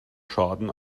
schaden